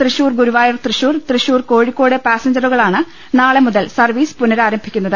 തൃശൂർ ഗുരുവായൂർ തൃശൂർ തൃശൂർ കോഴിക്കോട് പാസഞ്ചറുകളാണ് നാളെ മുതൽ സർവ്വീസ് പുനരാരംഭിക്കുന്നത്